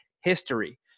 history